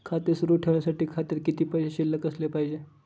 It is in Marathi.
खाते सुरु ठेवण्यासाठी खात्यात किती पैसे शिल्लक असले पाहिजे?